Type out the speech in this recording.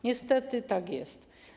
Niestety tak jest.